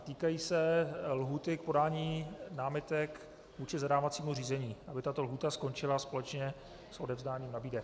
Týkají se lhůty k podání námitek vůči zadávacímu řízení, aby tato lhůta skončila společně s odevzdáním nabídek.